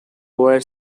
were